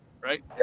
right